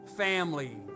family